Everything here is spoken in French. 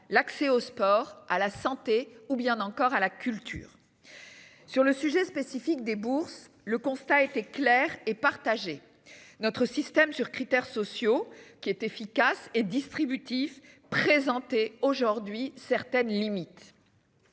l'accès au sport, à la santé ou bien encore à la culture. Sur le sujet spécifique des bourses. Le constat était clair et partagé notre système sur critères sociaux qui est efficace et distributive présenté aujourd'hui certaines limites.